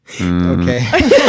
okay